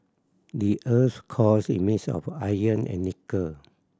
the earth's core is of iron and nickel